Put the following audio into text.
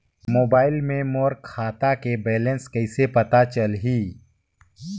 Mobile मे मोर खाता के बैलेंस कइसे पता चलही?